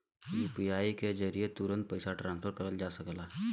UPI के जरिये तुरंत पइसा ट्रांसफर करल जा सकला